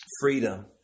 freedom